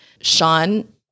Sean